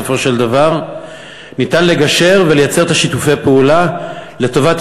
בסופו של דבר ניתן לגשר ולייצר את שיתופי הפעולה לטובת